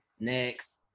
Next